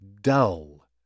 dull